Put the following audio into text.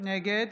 נגד